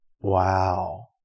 Wow